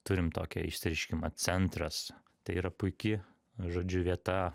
turim tokią išsireiškimą centras tai yra puiki žodžiu vieta